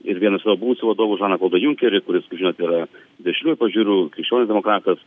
ir vienas jo buvusių vadovų žaną klodą junkerį kuris kaip žinot yra dešiniųjų pažiūrų krikščionių demokratas